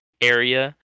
area